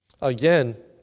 Again